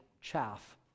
chaff